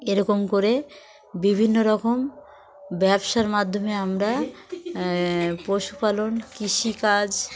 এরকম করে বিভিন্ন রকম ব্যবসার মাধ্যমে আমরা পশুপালন কৃষিকাজ